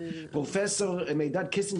פרופסור מ.ק.